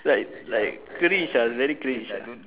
like like cringe ah very cringe